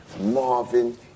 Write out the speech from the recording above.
Marvin